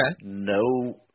No